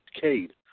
Cade